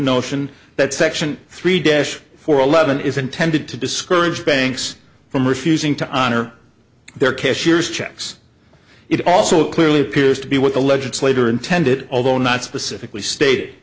notion that section three dash four eleven is intended to discourage banks from refusing to honor their cashier's checks it also clearly appears to be what the legislator intended although not specifically state